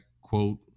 quote